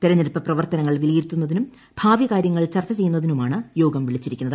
തിരഞ്ഞെടുപ്പ് പ്രവർത്തനങ്ങൾ വിലയിരുത്തുന്നതിനും ഭാവി കാര്യങ്ങൾ ചർച്ച ചെയ്യുന്നതിനുമാണ് യോഗം വിളീച്ചിരിക്കുന്നത്